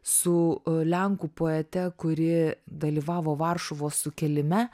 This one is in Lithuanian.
su lenkų poete kuri dalyvavo varšuvos sukilime